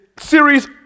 series